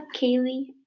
Kaylee